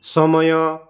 समय